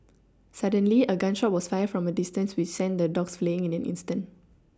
suddenly a gun shot was fired from a distance which sent the dogs fleeing in an instant